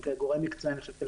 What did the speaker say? כגורם מקצועי, אני חושב שכל